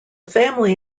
family